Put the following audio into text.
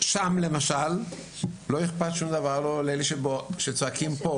שם למשל לא איכפת שום דבר, לא לאלה שצועקים פה